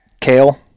kale